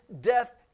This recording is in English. death